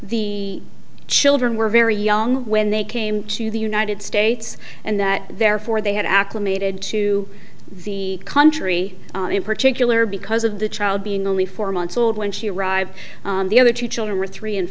the children were very young when they came to the united states and that therefore they had acclimated to the country in particular because of the child being only four months old when she arrived the other two children were three and